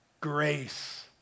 grace